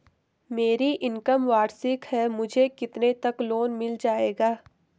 मेरी इनकम वार्षिक है मुझे कितने तक लोन मिल जाएगा?